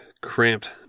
cramped